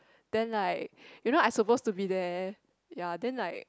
then like you know I supposed to be there ya then like